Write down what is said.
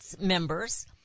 members